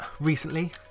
recently